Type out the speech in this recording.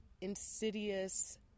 insidious